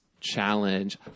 challenge